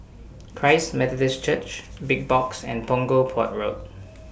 Christ Methodist Church Big Box and Punggol Port Road